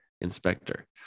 inspector